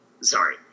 sorry